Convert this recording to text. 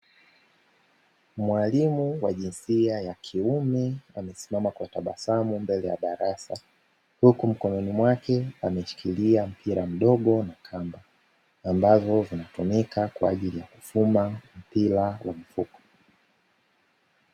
Mwalimu wa jinsia ya kiume, amesimama kwa tabasamu mbele ya darasa, huku mkononi mwake ameshikilia mpira mdogo na kamba ambavyo vinatumika kwa ajili ya kufuma mpira wa mfuko.